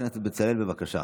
חבר הכנסת בצלאל, בבקשה.